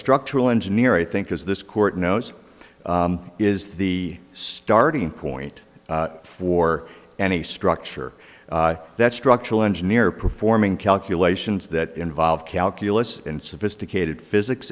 structural engineer i think is this court knows is the starting point for and he structure that structural engineer performing calculations that involve calculus in sophisticated physics